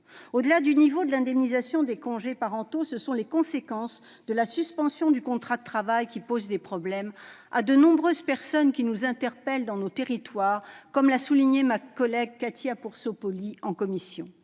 Au-delà du niveau de l'indemnisation des congés parentaux, ce sont les conséquences de la suspension du contrat de travail qui posent problème à de nombreuses personnes qui nous interpellent dans nos territoires, comme l'a souligné Cathy Apourceau-Poly en commission.